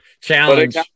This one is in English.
challenge